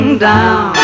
down